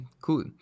cool